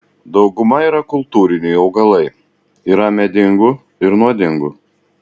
dauguma yra kultūriniai augalai yra medingų ir nuodingų